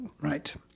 Right